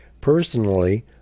Personally